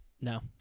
No